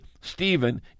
Stephen